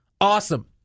Awesome